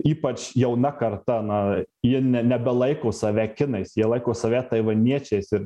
ypač jauna karta na jie ne nebelaiko save kinais jie laiko save taivaniečiais ir